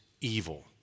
evil